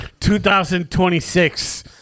2026